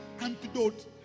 antidote